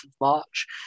March